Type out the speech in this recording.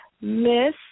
Miss